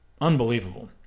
Unbelievable